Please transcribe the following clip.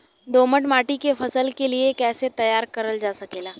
दोमट माटी के फसल के लिए कैसे तैयार करल जा सकेला?